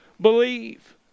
believe